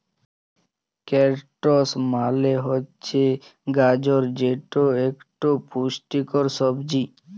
carrots মালে হছে গাজর যেট ইকট পুষ্টিকর সবজি